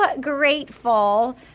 Grateful